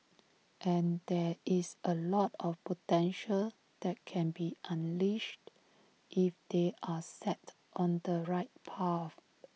and there is A lot of potential that can be unleashed if they are set on the right path